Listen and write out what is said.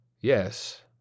Yes